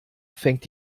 fängt